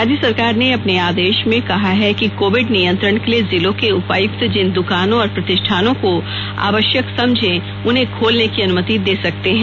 राज्य सरकार र्ने अपने आदेश में कहा है कि कोविड नियंत्रण के लिए जिलों के उपायुक्त जिन दुकानों और प्रतिष्ठानों का आवश्यक समझें उन्हें खोलने की अनुमति दे सकते हैं